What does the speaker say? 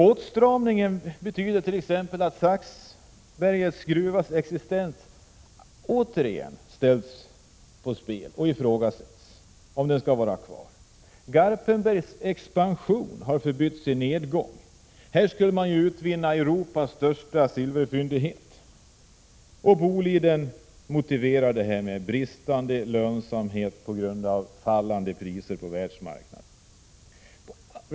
Åtstramningen betyder t.ex. att verksamheten vid Saxbergets gruva återigen sätts på spel. Man ifrågasätter dess existens. Garpenbergs expansion har förbytts i nedgång. Men här skulle man ju utvinna silver, och man talade om Europas största silverfyndighet. Boliden motiverar det med bristande lönsamhet på grund av fallande priser på världsmarknaden.